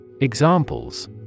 Examples